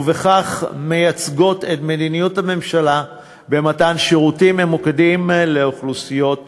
ובכך מייצגים את מדיניות הממשלה במתן שירותים ממוקדים לאוכלוסיות אלו.